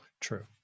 True